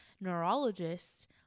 Neurologists